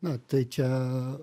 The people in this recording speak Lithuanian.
na tai čia